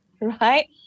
right